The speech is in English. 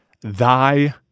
thy